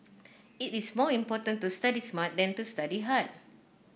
it is more important to study smart than to study hard